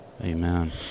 amen